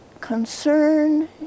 concern